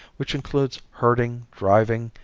which includes herding, driving,